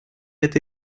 это